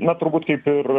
na turbūt kaip ir